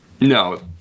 No